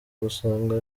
gusanga